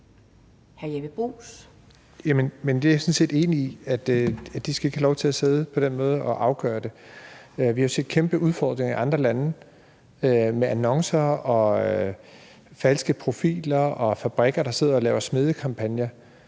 set enig i, at de ikke skal have lov til at sidde på den måde og afgøre det. Vi har set kæmpe udfordringer i andre lande med annoncer, falske profiler og fabrikker, der sidder og laver smædekampagner,